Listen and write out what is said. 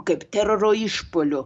kaip teroro išpuoliu